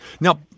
Now